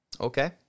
Okay